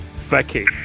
Vicky